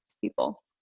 people